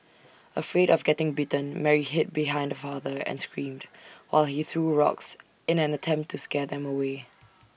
afraid of getting bitten Mary hid behind her father and screamed while he threw rocks in an attempt to scare them away